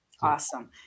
Awesome